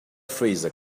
freezer